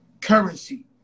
currency